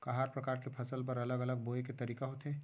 का हर प्रकार के फसल बर अलग अलग बोये के तरीका होथे?